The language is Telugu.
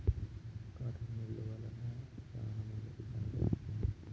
కాటన్ మిల్లువ వల్ల శానా మందికి పని దొరుకుతాంది